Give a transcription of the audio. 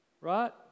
Right